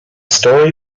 story